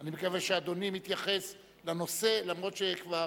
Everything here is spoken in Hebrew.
אני מקווה שאדוני מתייחס לנושא, למרות שכבר,